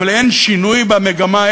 אבל אין שינוי במגמה,